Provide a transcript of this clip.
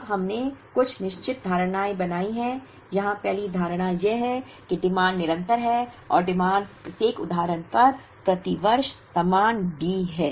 अब हमने कुछ निश्चित धारणाएँ बनाई हैं यहाँ पहली धारणा यह है कि डिमांड निरंतर है और डिमांड प्रत्येक उदाहरण पर प्रति वर्ष समान D है